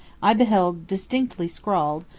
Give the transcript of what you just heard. i beheld distinctly scrawled,